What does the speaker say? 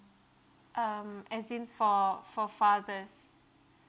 um as in for for fathers